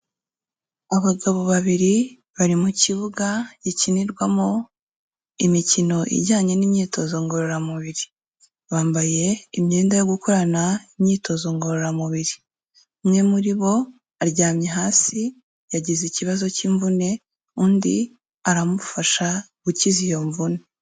Abagabo babiri bari mu kibuga gikinirwamo imikino ijyanye n'imyitozo ngororamubiri, bambaye imyenda yo gukorana imyitozo ngororamubiri, umwe muri bo aryamye hasi yagize ikibazo cy'imvune, undi aramufasha gukiza iyo mvune.